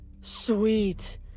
Sweet